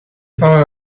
power